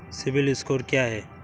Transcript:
CIBIL score क्या है?